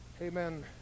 amen